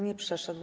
nie przeszedł.